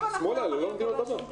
אם אנחנו לא יכולים לקבל שום פרטים,